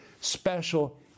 special